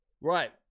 Right